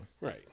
Right